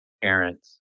parents